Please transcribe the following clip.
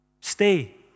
Stay